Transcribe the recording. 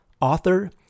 author